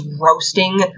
roasting